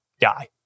guy